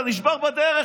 נשבר בדרך,